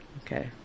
Okay